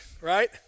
right